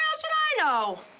should i know?